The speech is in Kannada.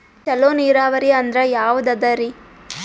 ಚಲೋ ನೀರಾವರಿ ಅಂದ್ರ ಯಾವದದರಿ?